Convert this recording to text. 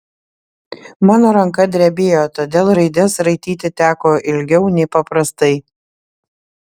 mano ranka drebėjo todėl raides raityti teko ilgiau nei paprastai